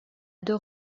deux